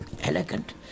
Elegant